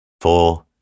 four